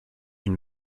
une